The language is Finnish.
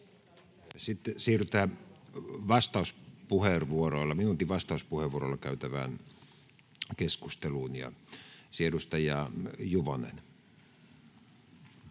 Sitten siirrytään minuutin vastauspuheenvuoroilla käytävään keskusteluun. — Edustaja Juvonen.